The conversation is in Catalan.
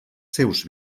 seus